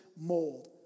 mold